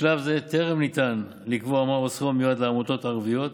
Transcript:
בשלב זה טרם אפשר לקבוע מהו הסכום המיועד לעמותות הערביות,